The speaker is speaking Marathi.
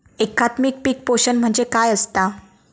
एकात्मिक पीक पोषण म्हणजे काय असतां?